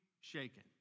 shaken